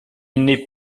n’est